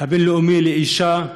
בין-לאומי לאישה.